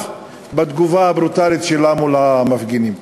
בתגובה הברוטלית שלה מול המפגינים.